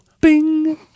Bing